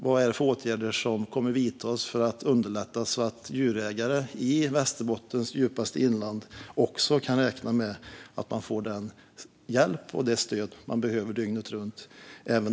Vad är det för åtgärder som kommer att vidtas för att underlätta så att djurägare i Västerbottens djupaste inland också denna sommar kan räkna med att få den hjälp och det stöd de behöver dygnet runt?